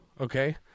Okay